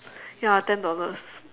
ya ten dollars